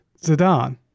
Zidane